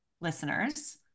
listeners